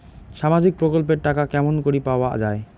সামাজিক প্রকল্পের টাকা কেমন করি পাওয়া যায়?